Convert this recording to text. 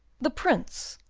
the prince,